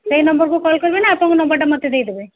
ସେଇ ନମ୍ବର୍କୁ କଲ୍ କରିବି ନା ଆପଣଙ୍କ ନମ୍ବର୍ଟା ମୋତେ ଦେଇଦେବେ